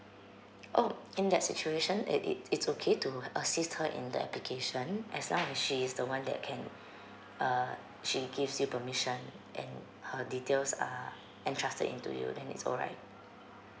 oh in that situation it it it's okay to assist her in the application as long as she's the one that can uh she gives you permission and her details are entrusted into you then it's alright